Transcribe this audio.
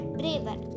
braver